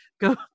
go